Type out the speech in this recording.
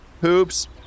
hoops